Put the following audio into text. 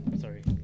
sorry